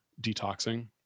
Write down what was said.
detoxing